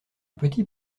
petit